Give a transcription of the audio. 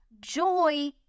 joy